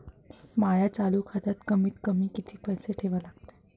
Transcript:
माया चालू खात्यात कमीत कमी किती पैसे ठेवा लागते?